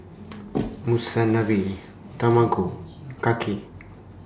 Monsunabe Tamago Kake